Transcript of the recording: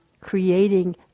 creating